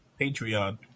Patreon